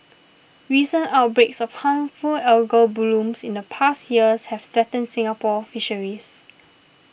recent outbreaks of harmful algal blooms in the past years have threatened Singapore fisheries